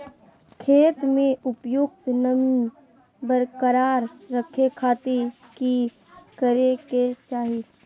खेत में उपयुक्त नमी बरकरार रखे खातिर की करे के चाही?